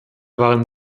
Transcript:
waren